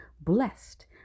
Blessed